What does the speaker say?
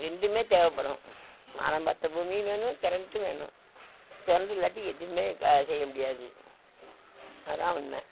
ரெண்டுமே தேவைப்படும் வானம் பார்த்த பூமியும் வேணும் கரண்ட்டும் வேணும் கரண்ட்டு இல்லாட்டி எதுவுமே செய்யமுடியாது அதுதான் உண்மை